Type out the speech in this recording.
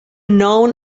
known